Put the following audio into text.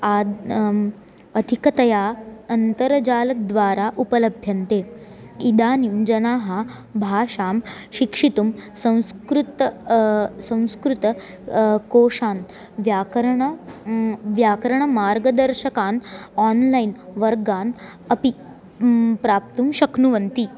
आद् अधिकतया अन्तर्जालद्वारा उपलभ्यन्ते इदानीं जनाः भाषां शिक्षितुं संस्कृतं संस्कृत कोषान् व्याकरणं व्याकरणमार्गदर्शकान् आन्लैन् वर्गान् अपि प्राप्तुं शक्नुवन्ति